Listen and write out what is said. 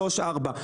שלוש-ארבע.